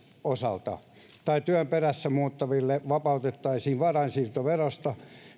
osalta tai työn perässä muuttavat vapautettaisiin varainsiirtoverosta